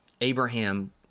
Abraham